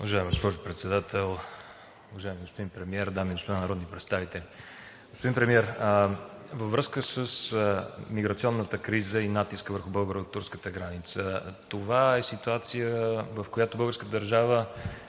Уважаема госпожо Председател, уважаеми господин Премиер, дами и господа народни представители! Господин Премиер, във връзка с миграционната криза и натиска върху българо-турската граница – това е ситуация, в която българската държава